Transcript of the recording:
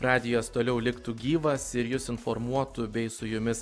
radijas toliau liktų gyvas ir jus informuotų bei su jumis